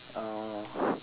uh